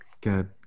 Good